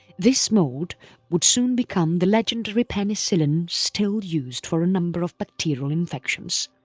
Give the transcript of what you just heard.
this mould would soon become the legendary penicillin still used for a number of bacterial infections.